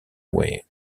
way